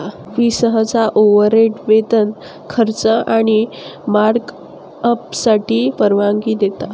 fee सहसा overhead, वेतन, खर्च आणि मार्कअपसाठी परवानगी देता